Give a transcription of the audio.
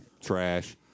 Trash